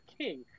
king